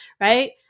right